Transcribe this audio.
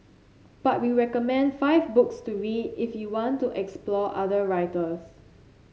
but we recommend five books to read if you want to explore other writers